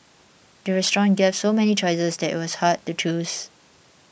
the restaurant gave so many choices that it was hard to choose